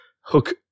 Hook